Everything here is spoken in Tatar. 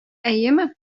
әйеме